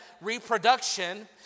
reproduction